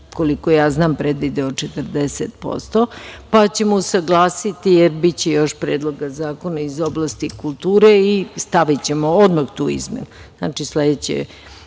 koliko ja znam, predvideo 40%, pa ćemo usaglasiti, jer biće još predloga zakona iz oblasti kulture i stavićemo odmah tu izmenu. Znači, sledeće